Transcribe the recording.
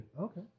Okay